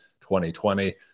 2020